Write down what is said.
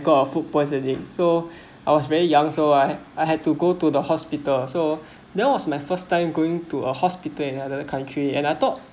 got food poisoning so I was very young so I I had to go to the hospital so that was my first time going to a hospital in another country and I thought